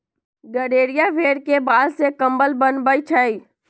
गड़ेरिया भेड़ के बाल से कम्बल बनबई छई